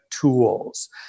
tools